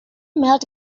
mailed